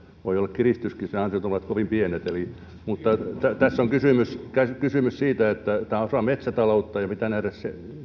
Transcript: voi olla kiristyskin jos ne ansiot ovat kovin pienet mutta tässä on kysymys kysymys siitä että tämä on osa metsätaloutta ja tämä asia pitää nähdä